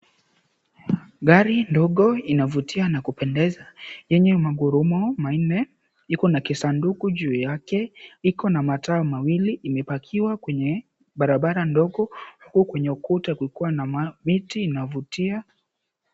Gari ndogo inavutia na kupendeza yenye magurudumu manne iko na kisanduku juu yake na Iko na mataa mawili imeparkiwa kwenye barabara ndogo huku kwenye ukuta kukiwa na viti inayovutia.